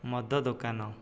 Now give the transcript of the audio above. ମଦ ଦୋକାନ